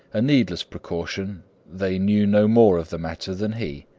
a needless precaution they knew no more of the matter than he.